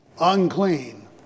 unclean